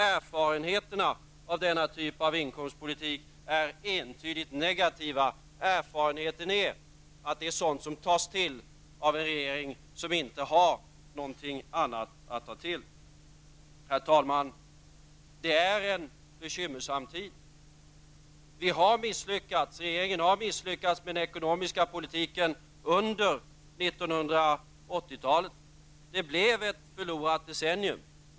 Erfarenheterna av denna typ av inkomstpolitik är entydigt negativa. Erfarenheten är att det är sådant som tas till av en regering som inte har någoting annat att ta till. Herr talman! Det är en bekymmersam tid. Regeringen har misslyckats med den ekonomiska politiken under 1980-talet. Det blev ett förlorat decennium.